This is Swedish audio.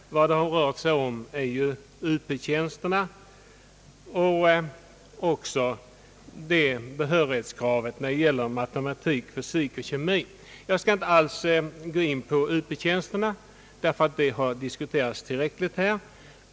Vad det har rört sig om är Up-tjänsterna och också behörighetskravet när det gäller matematik, fysik och kemi. Jag skall inte alls gå in på Up-tjänsterna, därför att den frågan har diskuterats tillräckligt här.